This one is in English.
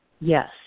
Yes